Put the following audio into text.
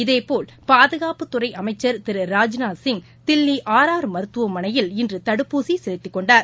இதேபோல் பாதுகாப்புத்துறைஅமைச்சர் ராஜ்நாத் சிங் தில்லி திரு ஆர் ஆர் மருத்துவமனையில் இன்றுதடுப்பூசிசெலுத்திக் கொண்டார்